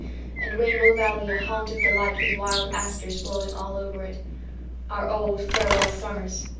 and rainbow valley a haunt of delight with wild asters blowing all over it our old farewell-summers.